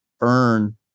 earn